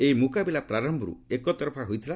ଏହି ମୁକାବିଳା ପ୍ରାରମ୍ଭରୁ ଏକତରଫା ହୋଇଥିଲା